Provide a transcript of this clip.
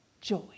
Joy